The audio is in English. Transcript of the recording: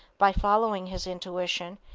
by following his intuition,